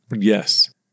Yes